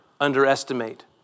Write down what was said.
underestimate